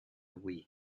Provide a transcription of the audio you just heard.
wii